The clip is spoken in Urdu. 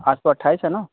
آج تو اٹھائیس ہے نا